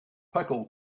pickle